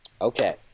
Okay